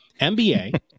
MBA